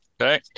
Okay